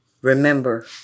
Remember